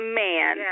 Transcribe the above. man